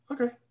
Okay